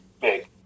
big